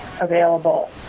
available